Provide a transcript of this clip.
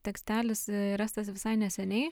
tekstelis rastas visai neseniai